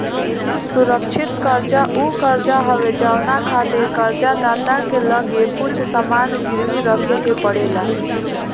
सुरक्षित कर्जा उ कर्जा हवे जवना खातिर कर्ज दाता के लगे कुछ सामान गिरवी रखे के पड़ेला